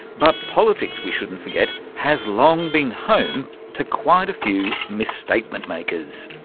but politics, we shouldn't forget, has long been home to quite a few misstatement makers.